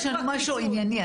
יש לנו משהו ענייני.